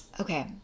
Okay